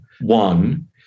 One